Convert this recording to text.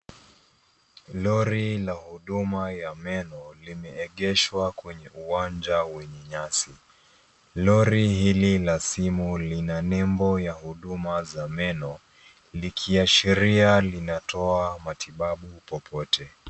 Lori la huduma ya meno limeegeshwa kwenye uwanja wenye nyasi. Lori hili la simu lina nebo ya huduma za meno likiashiria linatoa matibabu popote.